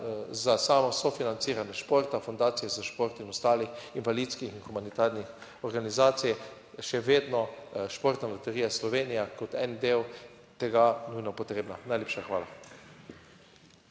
za samo sofinanciranje športa, fundacije za šport in ostalih invalidskih in humanitarnih organizacij, še vedno Športna loterija Slovenije kot en del tega nujno potrebna. Najlepša hvala.